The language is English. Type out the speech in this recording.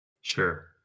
Sure